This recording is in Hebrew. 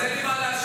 אז אין לי מה להשיב.